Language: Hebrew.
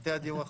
מטה הדיור החדש,